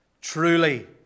Truly